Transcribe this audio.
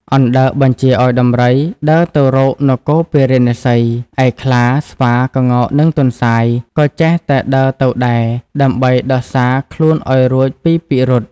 អណ្ដើកបញ្ជាឲ្យដំរីដើរទៅរកនគរពារាណសី ឯខ្លា ស្វា ក្ងោក និងទន្សាយ ក៏ចេះតែដើរទៅដែរ ដើម្បីដោះសារខ្លួនឲ្យរួចពីពិរុទ្ធ។